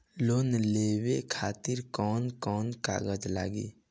Loan लेवे खातिर कौन कौन कागज लागी?